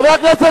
הוא טרוריסט.